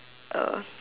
uh